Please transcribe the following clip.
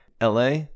LA